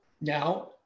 now